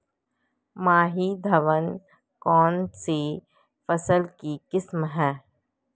माही धवल कौनसी फसल की किस्म है?